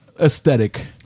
aesthetic